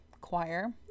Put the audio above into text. choir